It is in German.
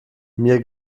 mir